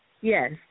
Yes